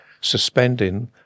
suspending